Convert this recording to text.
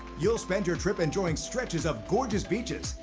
you'll spend your trip enjoying stretches of gorgeous beaches,